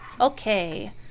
Okay